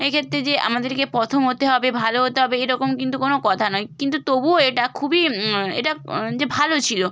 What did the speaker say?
এক্ষেত্রে যে আমাদেরকে প্রথম হতে হবে ভালো হতে হবে এরকম কিন্তু কোনো কথা নয় কিন্তু তবুও এটা খুবই এটা যে ভালো ছিলো